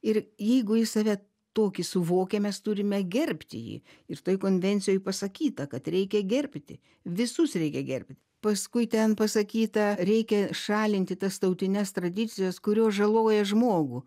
ir jeigu jis save tokį suvokia mes turime gerbti jį ir tai konvencijoj pasakyta kad reikia gerbti visus reikia gerb paskui ten pasakyta reikia šalinti tas tautines tradicijas kurios žaloja žmogų